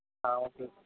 ஆ okay